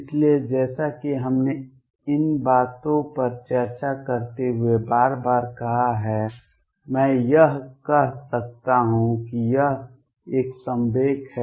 इसलिए जैसा कि हमने इन बातों पर चर्चा करते हुए बार बार कहा है मैं यह कह सकता हूं कि यह एक संवेग है